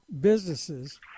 businesses